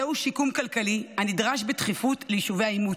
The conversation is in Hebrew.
זהו שיקום כלכלי הנדרש בדחיפות ליישובי העימות.